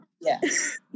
yes